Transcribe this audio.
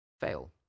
fail